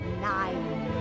nine